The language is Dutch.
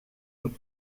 een